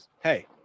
Hey